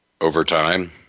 overtime